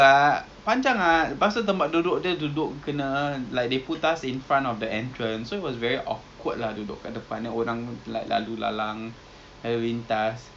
okay lah ya I mean actually it's it's like the chicken chicken thingy macam chicken wings so now they're having a promo they just open in A_M_K hub twelve chicken pieces from twelve dollars cheap sia